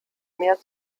meer